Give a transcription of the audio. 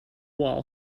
wall